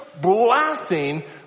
blessing